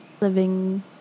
living